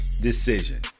decision